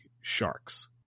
Sharks